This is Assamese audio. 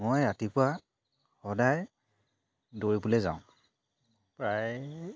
মই ৰাতিপুৱা সদায় দৌৰিবলৈ যাওঁ প্ৰায়